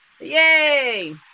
Yay